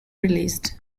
released